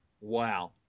Wow